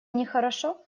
нехорошо